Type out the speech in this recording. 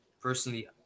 personally